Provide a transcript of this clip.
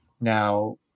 Now